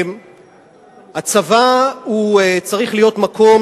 הצבא צריך להיות מקום